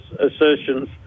assertions